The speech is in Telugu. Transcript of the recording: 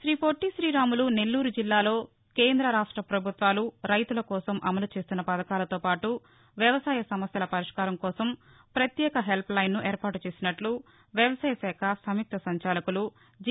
శ్రీపొట్లి శ్రీరాములు నెల్లూరు జిల్లాలో కేంద్ర రాష్ట ప్రభుత్వాలు రైతుల కోసం అమలు చేస్తున్న పథకాలతో పాటు వ్యవసాయ సమస్యల పరిష్కారం కోసం ప్రత్యేక హెల్ప్ లైన్ను ఏర్పాటు చేసినట్లు వ్యవశాయ శాఖ సంయుక్త సంచాలకులు జి